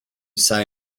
say